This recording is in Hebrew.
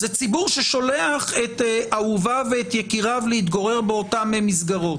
זה ציבור ששולח את אהוביו ואת יקיריו להתגורר באותן מסגרות,